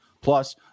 Plus